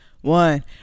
one